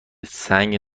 سنگ